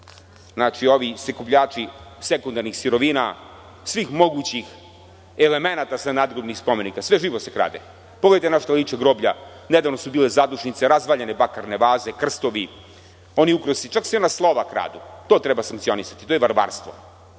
su ovi sakupljači sekundarnih sirovina sva moguća elementa sa nadgrobnih spomenika. Sve živo se krade. Pogledajte na šta liče groblja. Nedavno su bile zadušnice, razvaljene bakarne vaze, krstovi, oni ukrasi, čak se i ona slova kradu. To treba sankcionisati. To je varvarstvo.